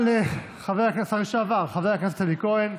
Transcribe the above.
לשר, לחבר הכנסת, השר לשעבר, חבר הכנסת אלי כהן.